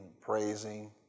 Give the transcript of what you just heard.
praising